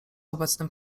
obecnym